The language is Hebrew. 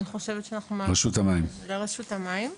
אני חושבת שאנחנו מעבירים את זה לרשות המים.